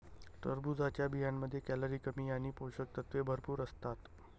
टरबूजच्या बियांमध्ये कॅलरी कमी आणि पोषक तत्वे भरपूर असतात